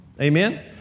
Amen